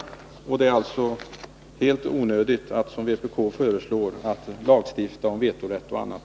Det är alltså helt onödigt att, som vpk föreslår, lagstifta om vetorätt och annat.